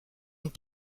ont